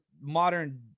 modern